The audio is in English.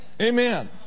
Amen